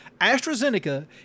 AstraZeneca